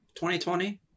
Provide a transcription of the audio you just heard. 2020